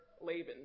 Laban